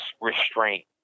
restraint